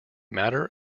matter